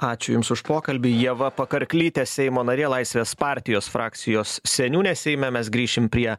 ačiū jums už pokalbį ieva pakarklytė seimo narė laisvės partijos frakcijos seniūnė seime mes grįšim prie